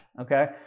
Okay